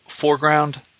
foreground